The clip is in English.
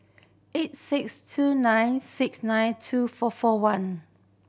eight six two nine six nine two four four one